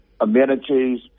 amenities